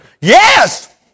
Yes